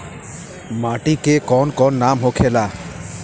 माटी के कौन कौन नाम होखे ला?